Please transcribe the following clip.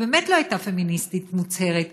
היא באמת לא הייתה פמיניסטית מוצהרת,